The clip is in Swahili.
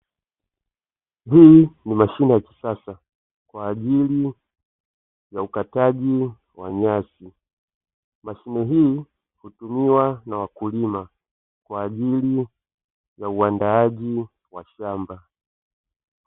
Hii ni mashine ya kisasa kwa ajili ya ukataji wa nyasi. Mashine hii hutumiwa na wakulima kwa ajili ya uandaaji wa shamba.